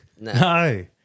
no